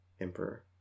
emperor